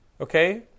Okay